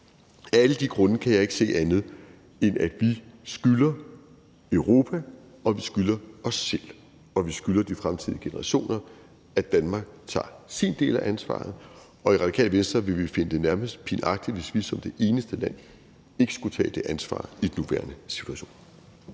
alle de grunde kan jeg ikke se andet, end at vi skylder Europa, at vi skylder os selv, og at vi skylder de fremtidige generationer, at Danmark tager sin del af ansvaret. I Radikale Venstre ville vi finde det nærmest pinagtigt, hvis vi som det eneste land ikke skulle tage det ansvar i den nuværende situation.